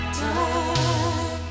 time